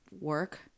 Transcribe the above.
work